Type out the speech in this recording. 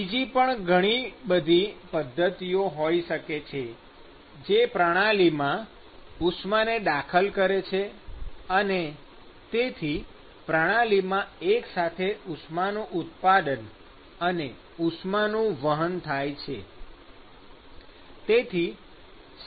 બીજી પણ ઘણી બધી પદ્ધતિઓ હોય શકે છે કે જે પ્રણાલીમાં ઉષ્માને દાખલ કરે છે અને તેથી પ્રણાલીમાં એકસાથે ઉષ્માનું ઉત્પાદન અને ઉષ્માનું વહન થાય છે